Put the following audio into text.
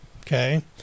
okay